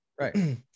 Right